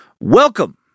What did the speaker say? welcome